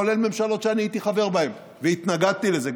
כולל ממשלות שאני הייתי חבר בהן והתנגדתי לזה,